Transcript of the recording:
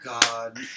God